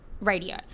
radio